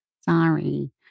Sorry